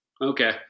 Okay